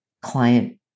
client